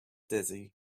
dizzy